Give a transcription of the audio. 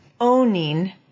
owning